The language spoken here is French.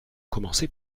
commencer